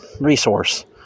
resource